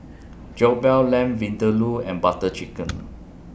Jokbal Lamb Vindaloo and Butter Chicken